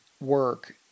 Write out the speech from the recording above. work